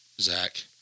Zach